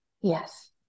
yes